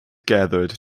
gathered